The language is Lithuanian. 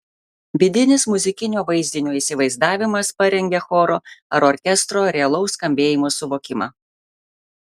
vidinis muzikinio vaizdinio įsivaizdavimas parengia choro ar orkestro realaus skambėjimo suvokimą